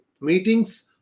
Meetings